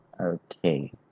Okay